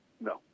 No